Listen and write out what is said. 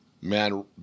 man